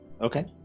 Okay